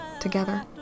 together